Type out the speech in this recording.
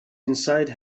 inside